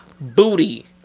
booty